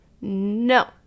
No